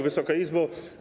Wysoka Izbo!